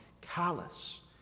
callous